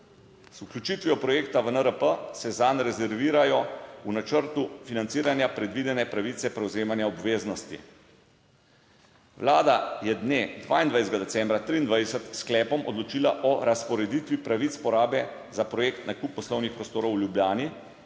Z vključitvijo projekta v NRP, se zanj rezervirajo v načrtu financiranja predvidene pravice prevzemanja obveznosti. Vlada je dne 22. decembra 2023 s sklepom odločila o razporeditvi pravic porabe za projekt nakup poslovnih prostorov v Ljubljani,